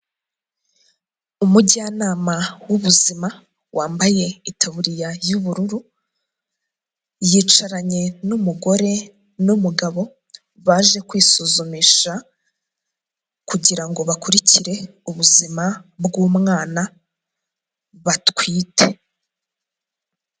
Umujyanama w'ubuzima wambaye itaburiya y'ubururu yicaranye n'umugore n'umugabo baje kwisuzumisha kugira ngo bakurikire ubuzima bw'umwana batwite.